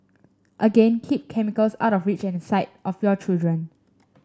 again keep chemicals out of reach and sight of your child